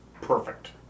perfect